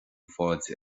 fáilte